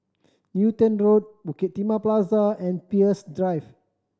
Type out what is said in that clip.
Newton Road Bukit Timah Plaza and Peirce Drive